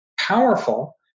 powerful